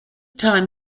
time